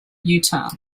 utah